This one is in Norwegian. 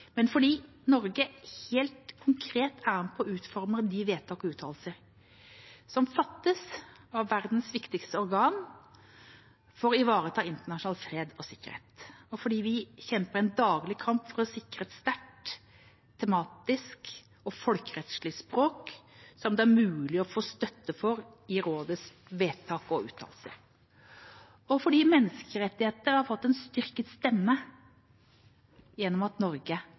men fordi Norge helt konkret er med på å utforme de vedtak og uttalelser som fattes av verdens viktigste organ for å ivareta internasjonal fred og sikkerhet, fordi vi kjemper en daglig kamp for å sikre et så sterkt tematisk og folkerettslig språk som det er mulig å få støtte for i rådets vedtak og uttalelser, fordi menneskerettighetene har fått en styrket stemme gjennom at Norge